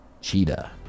Cheetah